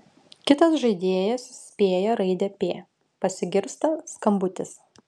kitas žaidėjas spėja raidę p pasigirsta skambutis